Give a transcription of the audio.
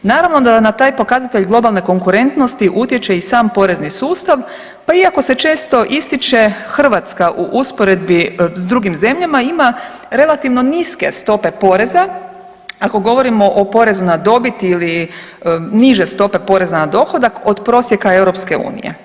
Naravno da na taj pokazatelj globalne konkurentnosti utječe i sam porezni sustav, pa iako se često ističe Hrvatska u usporedbi s drugim zemljama ima relativno niske stope poreza ako govorimo o porezu na dobit ili niže stope porezu na dohodak od prosjeka EU.